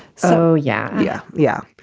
so. yeah. yeah. yeah.